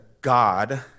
God